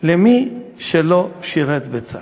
למי שלא שירת בצה"ל?